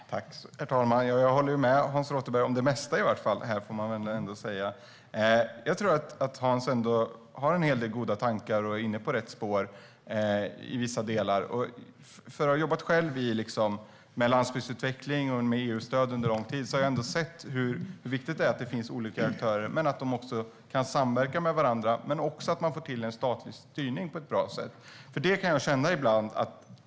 Herr talman! Jag får säga att jag håller med Hans Rothenberg om det mesta. Jag tycker att han har en hel del goda tankar och är inne på rätt spår i vissa delar. Jag har själv under lång tid jobbat med landsbygdsutveckling och EU-stöd och sett hur viktigt det är att det finns olika aktörer och att de kan samverka med varandra men också att få till en statlig styrning på ett bra sätt.